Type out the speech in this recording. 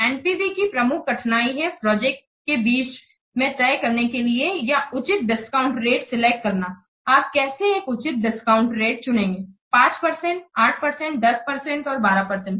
NPV की प्रमुख कठिनाई है प्रोजेक्ट के बीच में तय करने के लिए या उचित डिस्काउंट रेटसिलेक्ट करना आप कैसे एक उचित डिस्काउंट रेटचुनेंगे 5 परसेंट 8 परसेंट10 परसेंटऔर 12 परसेंट